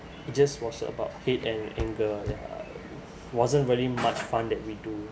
just was about hate and anger wasn't very much fun that we do